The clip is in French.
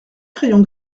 crayon